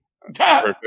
Perfect